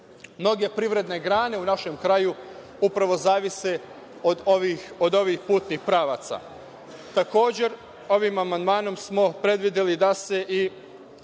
Mnoge privredne grane u našem kraju upravo zavise od ovih putnih pravaca. Takođe, ovim amandmanom smo predvideli da se u